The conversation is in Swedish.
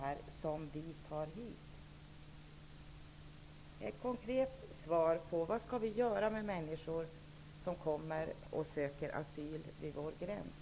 Ge mig ett konkret svar på frågan vad vi skall göra med människor som kommer till vår gräns och söker asyl här.